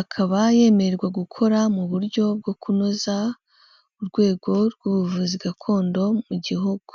akaba yemererwa gukora mu buryo bwo kunoza urwego rw'ubuvuzi gakondo mu gihugu.